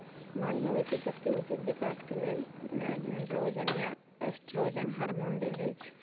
माल मवेशी सभके उचित विकास के लेल एंड्रोजन आऽ एस्ट्रोजन हार्मोन देल जाइ छइ